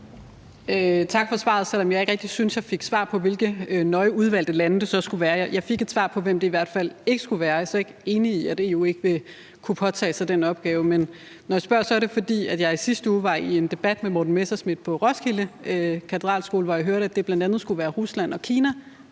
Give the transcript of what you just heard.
Sophie Callesen (RV): Tak for svaret, selv om jeg ikke rigtig synes, jeg fik svar på, hvilke nøje udvalgte lande det så skulle være. Jeg fik et svar på, hvem det i hvert fald ikke skulle være. Og jeg er slet ikke enig i, at EU ikke vil kunne påtage sig den opgave. Men når jeg spørger, er det, fordi jeg i sidste uge var i en debat med hr. Morten Messerschmidt på Roskilde Katedralskole, hvor jeg hørte, at det bl.a. skulle være Rusland og Kina,